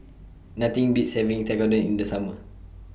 Nothing Beats having Tekkadon in The Summer